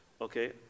okay